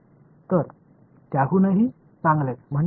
तर त्याहूनही चांगले म्हणजे काय